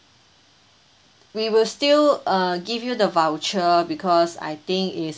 we will still uh give you the voucher because I think it's